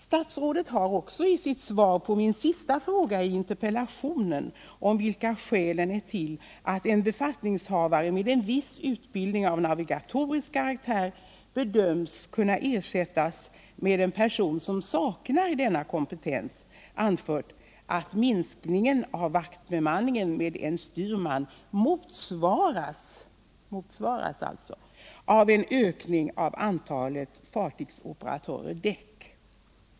Statsrådet har också i sitt svar på min sista fråga i interpellationen, om skälen till att en befattningshavare med viss utbildning av navigatorisk karaktär bedöms kunna ersättas med en person som saknar denna kompetens, anfört att minskningen av vaktbemanningen med en styrman motsvaras av en ökning av antalet fartygsoperatörer/däck.